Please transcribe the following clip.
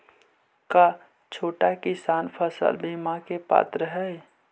का छोटा किसान फसल बीमा के पात्र हई?